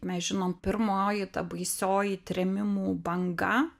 mes žinom pirmoji ta baisioji trėmimų banga